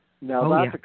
Now